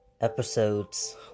episodes